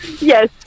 Yes